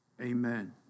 Amen